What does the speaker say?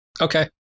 okay